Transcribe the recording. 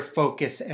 focus